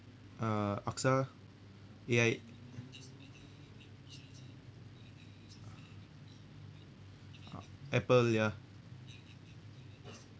uh axa A_I uh apple ya